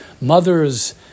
mother's